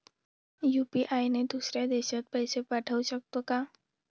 UPI ने दुसऱ्या देशात पैसे पाठवू शकतो का?